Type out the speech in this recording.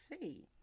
see